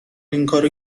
اینکارو